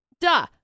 duh